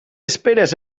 esperes